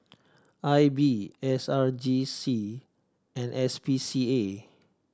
I B S R J C and S P C A